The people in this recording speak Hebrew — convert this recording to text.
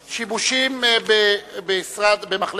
יש עוד שאילתא של חבר